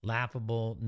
Laughable